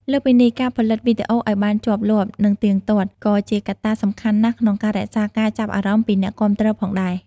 លើសពីនេះ ការផលិតវីដេអូឲ្យបានជាប់លាប់ និងទៀងទាត់ ក៏ជាកត្តាសំខាន់ណាស់ក្នុងការរក្សាការចាប់អារម្មណ៍ពីអ្នកគាំទ្រផងដែរ។